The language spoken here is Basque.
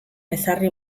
ezarri